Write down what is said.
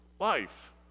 life